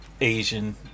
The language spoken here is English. Asian